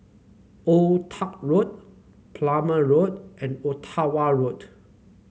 Old Tuck Road Plumer Road and Ottawa Road